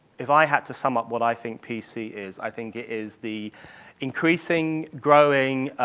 if i had to sum up what i think p c. is, i think it is the increasing, growing,